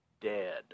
dead